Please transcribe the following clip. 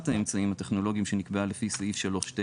האמצעים הטכנולוגיים שנקבעה לפי סעיף 3ט,